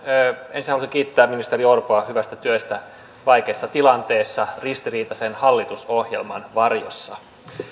ensinnäkin haluaisin kiittää ministeri orpoa hyvästä työstä vaikeassa tilanteessa ristiriitaisen hallitusohjelman varjossa